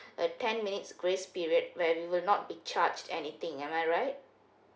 a ten minutes grace period when will not be charge anything am I right